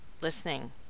listening